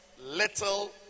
little